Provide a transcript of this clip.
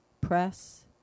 press